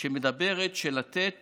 שמדברת על לתת